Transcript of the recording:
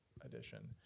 edition